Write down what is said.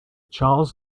charles